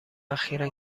اخیرا